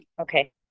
okay